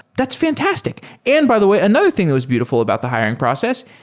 that's fantastic. and by the way, another thing that was beautiful about the hiring process,